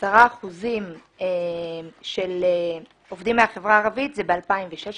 10 אחוזים של עובדים מהחברה הערבית בשנת 2016